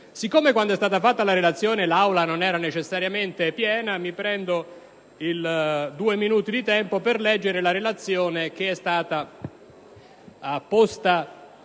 Siccome quando è stata letta la relazione l'Aula non era necessariamente piena, mi prendo due minuti di tempo per leggere la relazione che è stata preparata